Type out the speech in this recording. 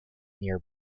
near